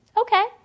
okay